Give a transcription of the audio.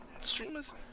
streamers